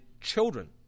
children